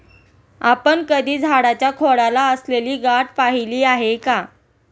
आपण कधी झाडाच्या खोडाला असलेली गाठ पहिली आहे का?